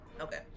okay